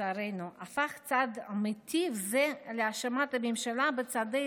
לצערנו הפך צעד אמיתי זה להאשמת הממשלה בצעדי